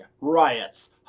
riots